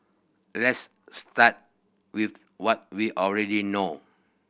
let's start with what we already know